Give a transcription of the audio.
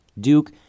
Duke